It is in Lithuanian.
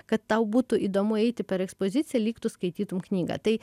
kad tau būtų įdomu eiti per ekspoziciją lyg tu skaitytum knygą tai